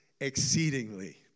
exceedingly